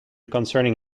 concerning